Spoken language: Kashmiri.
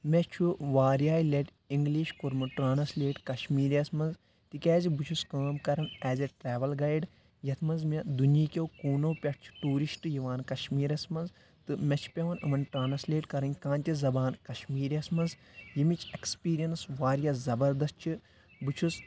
مےٚ چھُ واریاہہِ لَٹہِ اِنگلِش کوٚرمُت ٹرانسلیٹ کشمیٖریَس منٛز تِکیازِ بہٕ چھُس کٲم کَران ایز اے ٹریوٕل گایِڈ یتھ منٛز مےٚ دُنیا کیٚو کوٗنو پؠٹھ چھُ ٹیورِسٹ یِوان کشمیٖرَس منٛز تہٕ مےٚ چھِ پیٚوان یِمَن ٹرانسلیٹ کَرٕنۍ کانٛہہ تہِ زبان کشمیٖرِیَس منٛز ییٚمِچ ایٚکٕسپیٖرینس واریاہ زبردست چھِ بہٕ چھُس